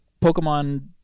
Pokemon